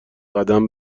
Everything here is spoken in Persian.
قدم